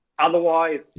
Otherwise